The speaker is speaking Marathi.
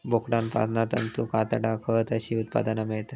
बोकडांपासना तंतू, कातडा, खत अशी उत्पादना मेळतत